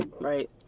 right